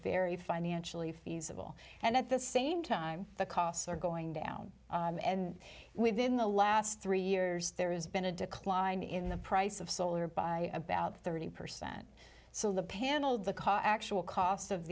very financially for it will and at the same time the costs are going down and within the last three years there's been a decline in the price of solar by about thirty percent so the panel the car actual cost of